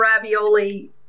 ravioli